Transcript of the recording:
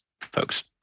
folks